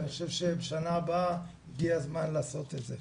אני חושב שבשנה הבאה הגיע הזמן לעשות את זה.